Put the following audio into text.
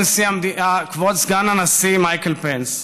כבוד סגן הנשיא מייקל פנס,